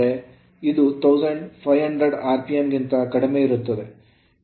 ಇದು 1500 RPM ಗಿಂತ ಕಡಿಮೆ ಇರುತ್ತದೆ